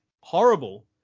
horrible